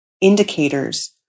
indicators